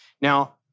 Now